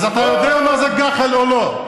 אז אתה יודע מה זה גח"ל או לא?